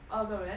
二个人